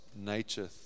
nature